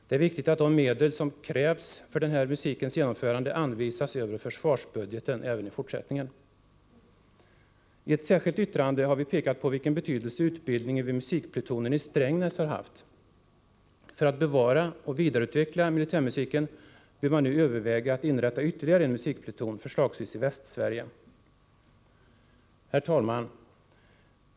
Det är viktigt att de medel som krävs för den här musikens genomförande anvisas över försvarsbudgeten även i fortsättningen. I ett särskilt yttrande har vi pekat på vilken betydelse utbildningen vid musikplutonen i Strängnäs har haft. För att bevara och vidareutveckla militärmusiken bör man nu överväga att inrätta ytterligre en musikpluton, förslagsvis i Västsverige. Herr talman!